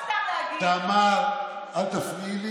למה סתם להגיד, רגע, תמר, תמר, תמר, אל תפריעי לי.